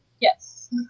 Yes